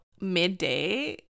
midday